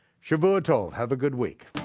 shavua tov, have a good week.